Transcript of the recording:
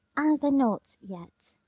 and they're not yet.